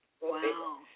Wow